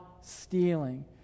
stealing